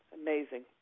amazing